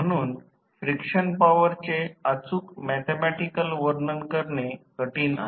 म्हणून फ्रिक्शन पॉवरचे अचूक मॅथॅमॅटिकल वर्णन करणे कठीण आहे